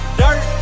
dirt